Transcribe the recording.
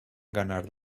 ganar